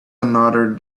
another